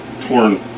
torn